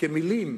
כי מלים,